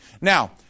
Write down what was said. now